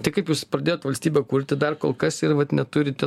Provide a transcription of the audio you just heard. tai kaip jūs pradėjot valstybę kurti dar kol kas ir vat neturite